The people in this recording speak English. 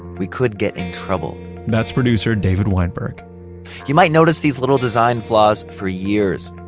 we could get in trouble that's producer, david weinberg you might notice these little design flaws for years,